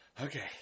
Okay